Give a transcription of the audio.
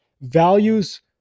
Values